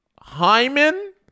Hyman